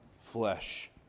flesh